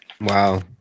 Wow